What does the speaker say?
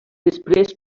després